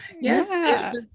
Yes